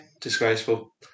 Disgraceful